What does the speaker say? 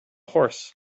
horse